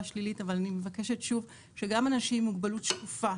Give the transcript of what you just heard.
שלילית אבל אני מבקשת שוב שגם אנשים עם מוגבלות שקופה,